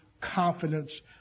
confidence